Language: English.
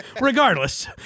regardless